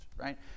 right